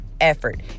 effort